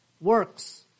works